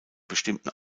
bestimmten